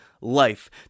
life